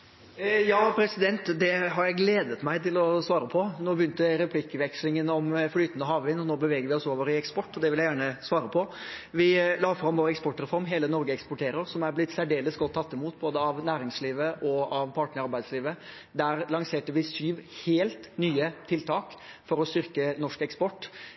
Det har jeg gledet meg til å svare på. Replikkvekslingen begynte med flytende havvind, og nå beveger vi oss over på eksport, og det vil jeg gjerne svare på. Vi la fram vår eksportreform, Hele Norge eksporterer, som er blitt særdeles godt tatt imot, både av næringslivet og av partene i arbeidslivet. Der lanserte vi syv helt nye tiltak for å styrke norsk eksport.